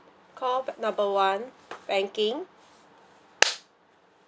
call number one banking